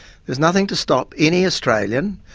there's nothing to stop any australian,